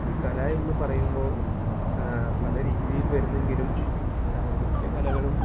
ഈ കലയെന്ന് പറയുമ്പോള് പല രീതിയില് വരുന്നെങ്കിലും മിക്ക കലകളും